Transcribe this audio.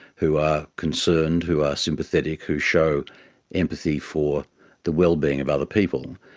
who are concerned, who are sympathetic, who show empathy for the wellbeing of other people,